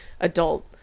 adult